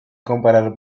comparar